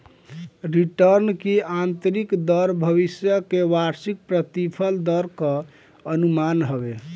return की आतंरिक दर भविष्य के वार्षिक प्रतिफल दर कअ अनुमान हवे